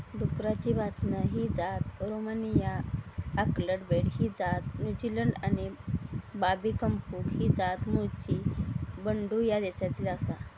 डुकराची बाजना ही जात रोमानिया, ऑकलंड बेट ही जात न्युझीलंड आणि बाबी कंपुंग ही जात मूळची बंटू ह्या देशातली आसा